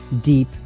deep